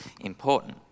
important